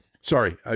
Sorry